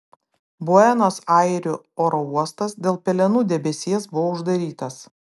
buenos airių oro uostas dėl pelenų debesies buvo uždarytas